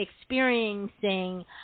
experiencing